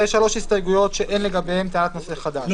שלוש הסתייגויות שאין לגביהן טענת נושא חדש.